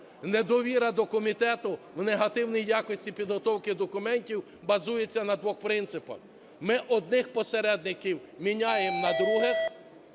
Недовіра до комітету в негативній якості підготовки документів базується на двох принципах. Ми одних посередників міняємо на других,